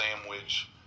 sandwich